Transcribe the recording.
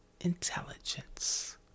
intelligence